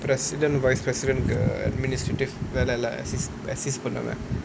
president vice president the administrative like that lah பண்ணுவேன்:pannuvaen